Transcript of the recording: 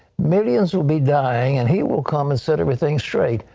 millions will be dying and he will come and set everything straight.